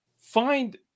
find